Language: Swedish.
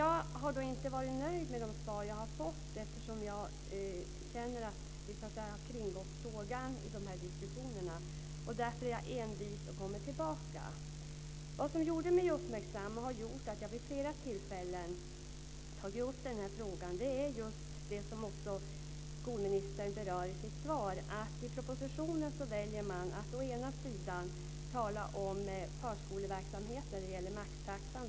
Jag har inte varit nöjd med de svar som jag har fått. Jag har känt att ministern har kringgått frågan i de här diskussionerna, och därför har jag envist kommit tillbaka. Vad som gjorde mig uppmärksam och har gjort att jag vid flera tillfällen tagit upp frågan är just det som också skolministern berör i sitt svar, att man i propositionen väljer att tala om förskoleverksamhet när det gäller maxtaxan.